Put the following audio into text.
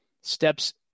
steps